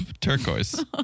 Turquoise